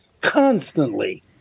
constantly